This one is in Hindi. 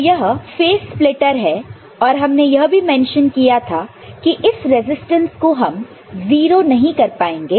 तो यह फेस स्प्लिटर है और हमने यह भी मेंशन किया था कि इस रजिस्टेंस को हम 0 नहीं कर पाएंगे